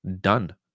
done